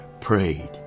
prayed